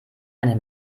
eine